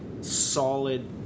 solid